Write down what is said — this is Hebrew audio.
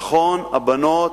נכון, הבנות,